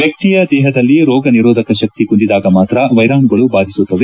ವ್ಯಕ್ತಿಯ ದೇಹದಲ್ಲಿ ರೋಗ ನಿರೋಧಕ ಶಕ್ತಿ ಕುಂದಿದಾಗ ಮಾತ್ರ ವೈರಾಣುಗಳು ಬಾಧಿಸುತ್ತವೆ